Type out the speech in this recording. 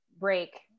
break